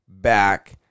back